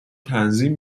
تنظیم